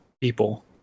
people